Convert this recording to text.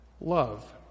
Love